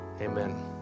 amen